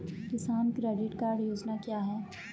किसान credit card योजना क्या है?